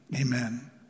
amen